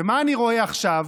ומה אני רואה עכשיו?